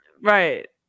Right